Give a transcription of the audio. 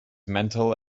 mental